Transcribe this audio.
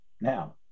Now